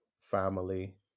family